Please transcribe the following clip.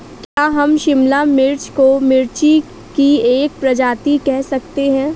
क्या हम शिमला मिर्च को मिर्ची की एक प्रजाति कह सकते हैं?